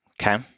Okay